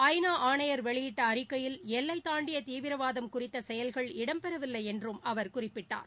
ஐ நா ஆணையா் வெளியிட்ட அறிக்கையில் எல்லை தாண்டிய தீவிரவாதம் குறித்த செயல்கள் இடம்பெறவில்லை என்றும் அவர் குறிப்பிட்டார்